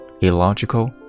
illogical